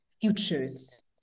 futures